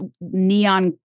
neon